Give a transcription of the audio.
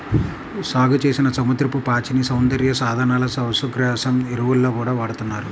సాగుచేసిన సముద్రపు పాచిని సౌందర్య సాధనాలు, పశుగ్రాసం, ఎరువుల్లో గూడా వాడతన్నారు